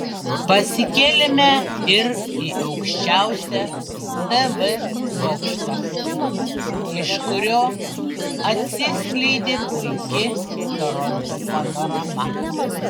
pasikėlėme ir į aukščiausią tv bokštą iš kurio atsiskleidė puiki toronto panorama